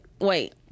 wait